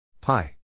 Pi